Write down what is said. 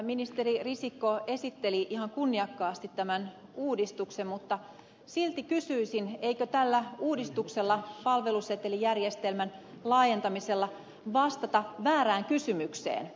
ministeri risikko esitteli ihan kunniakkaasti tämän uudistuksen mutta silti kysyisin eikö tällä uudistuksella palvelusetelijärjestelmän laajentamisella vastata väärään kysymykseen